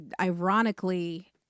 ironically